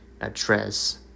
address